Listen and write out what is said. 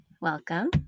welcome